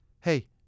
Hey